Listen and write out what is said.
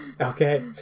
Okay